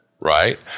right